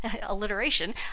alliteration